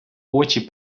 очі